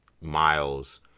Miles